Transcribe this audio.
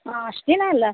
ಹಾಂ ಅಷ್ಟು ದಿನ ಅಲ್ಲ